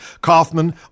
Kaufman